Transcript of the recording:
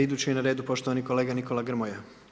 Idući je na redu poštovani kolega Nikola Grmoja.